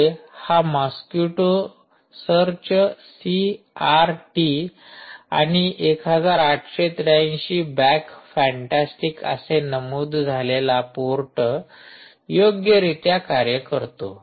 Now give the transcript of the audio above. होय हा mosquito search C R T आणि १८८३ बॅक फँटॅस्टिक असे नमूद झालेला पोर्ट योग्यरीत्या कार्य करतो